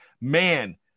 man